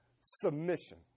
submission